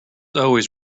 always